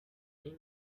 این